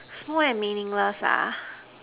small and meaningless ah